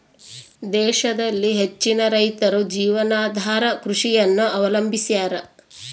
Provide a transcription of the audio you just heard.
ದೇಶದಲ್ಲಿ ಹೆಚ್ಚಿನ ರೈತರು ಜೀವನಾಧಾರ ಕೃಷಿಯನ್ನು ಅವಲಂಬಿಸ್ಯಾರ